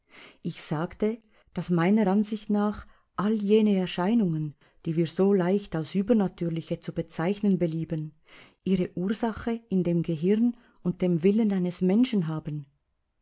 ich sagte daß meiner ansicht nach alle jene erscheinungen die wir so leicht als übernatürliche zu bezeichnen belieben ihre ursache in dem gehirn und dem willen eines menschen haben